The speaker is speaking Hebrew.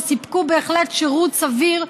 שסיפקו בהחלט שירות סביר,